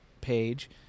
page